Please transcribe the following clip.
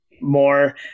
more